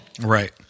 Right